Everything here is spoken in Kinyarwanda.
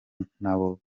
ntaho